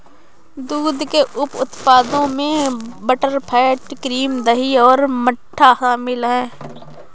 दूध के उप उत्पादों में बटरफैट, क्रीम, दही और मट्ठा शामिल हैं